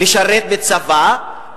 לשרת בצבא,